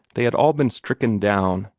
they had all been stricken down,